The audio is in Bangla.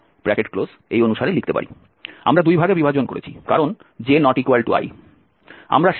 আমরা দুই ভাগে বিভাজন করেছি কারণ j ≠ i